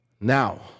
Now